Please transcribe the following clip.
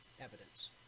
evidence